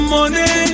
Money